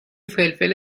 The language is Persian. فلفل